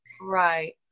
Right